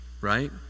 right